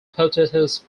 potatoes